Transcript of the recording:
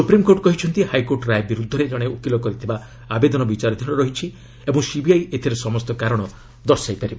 supreme court କହିଛନ୍ତି high court ରାୟ ବିରୁଦ୍ଧରେ ଜଣେ ଓକିଲ କରିଥିବା ଆବେଦନ ବିଚାରାଧୀନ ରହିଛି ଓ ସିବିଆଇ ଏଥିରେ ସମସ୍ତ କାରଣ ଦର୍ଶାଇ ପାରିବ